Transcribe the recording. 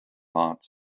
lots